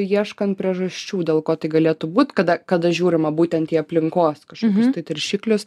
ieškant priežasčių dėl ko tai galėtų būt kada kada žiūrima būtent į aplinkos kažkokius tai tirštiklius